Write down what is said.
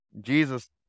Jesus